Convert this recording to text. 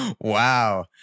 Wow